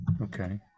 Okay